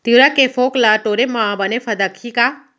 तिंवरा के फोंक ल टोरे म बने फदकही का?